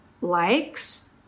likes